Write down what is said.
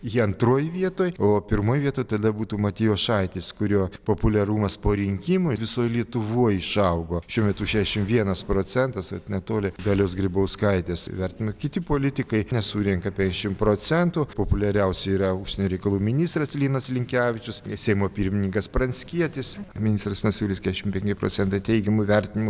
ji antroj vietoj o pirmoj vietoj tada būtų matijošaitis kurio populiarumas po rinkimų visoj lietuvoj išaugo šiuo metu šešiasdešim vienas procentas vat netoli dalios grybauskaitės vertinimo kiti politikai nesurenka penkiasdešimt procentų populiariausi yra užsienio reikalų ministras linas linkevičius seimo pirmininkas pranckietis ministras masiulis keturiasdešimt penki procentai teigiamų įvertinimų